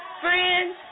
friends